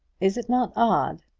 is it not odd?